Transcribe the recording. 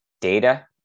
data